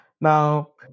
Now